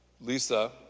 Lisa